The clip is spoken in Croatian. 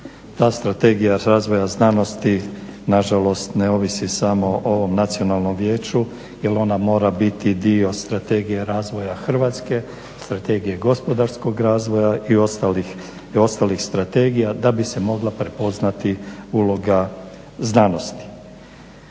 Ta strategija razvoja znanosti nažalost ne ovisi samo o nacionalnom vijeću jel ona mora biti dio Strategije razvoja Hrvatske, Strategije gospodarskog razvoja i ostalih strategija da bi se mogla prepoznati uloga znanosti.